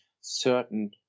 certain